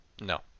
No